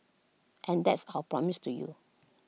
and that's our promise to you